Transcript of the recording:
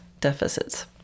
deficits